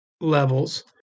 levels